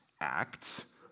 acts